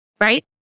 right